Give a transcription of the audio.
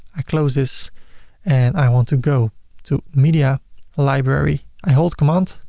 i close this and i want to go to media library. i hold command,